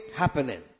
happening